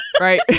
Right